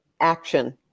action